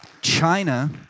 China